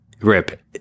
Rip –